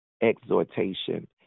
exhortation